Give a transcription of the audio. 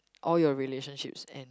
all your relationships end